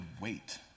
wait